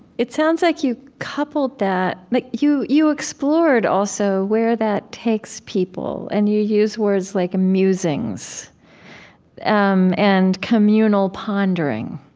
it sounds like you coupled that like, you you explored also where that takes people and you use words like musings um and communal pondering,